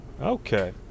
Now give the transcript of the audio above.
Okay